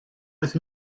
with